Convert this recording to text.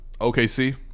OKC